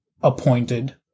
appointed